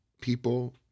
people